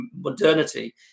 modernity